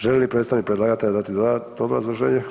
Želi li predstavnik predlagatelja dati dodatno obrazloženje?